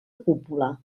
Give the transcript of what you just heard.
cúpula